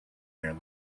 their